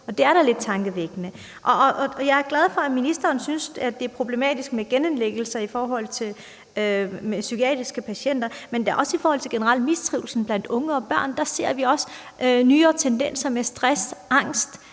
det er da lidt tankevækkende. Jeg glad for, at ministeren synes, at det er problematisk med genindlæggelser i forhold til psykiatriske patienter. Men også i forhold til generel mistrivsel blandt unge og børn ser vi nye tendenser som stress og angst